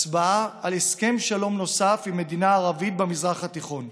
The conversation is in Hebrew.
הצבעה על הסכם שלום נוסף עם מדינה ערבית במזרח התיכון.